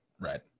right